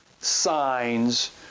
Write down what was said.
signs